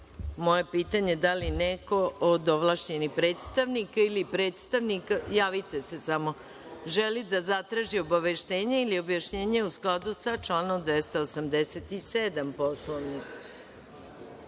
moje pitanje da li neko od ovlašćenih predstavnika ili predstavnika želi da zatraži obaveštenje ili objašnjenje u skladu sa članom 287. Poslovnika?